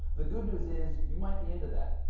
the good news is you might be into that.